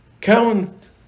count